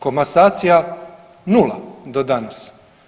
Komasacija nula do danas.